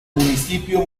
municipio